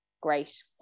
great